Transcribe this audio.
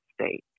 state